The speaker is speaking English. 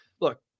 look